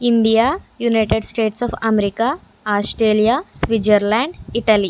India United States of America Australia Switzerland Italy